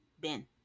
Ben